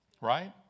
right